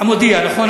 "המודיע", נכון.